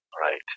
right